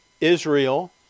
Israel